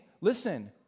listen